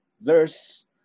verse